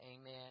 Amen